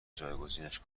جایگزینش